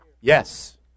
Yes